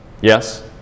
Yes